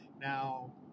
Now